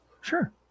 Sure